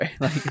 right